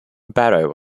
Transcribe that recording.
barrow